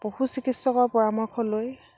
পশু চিকিৎসকৰ পৰামৰ্শ লৈ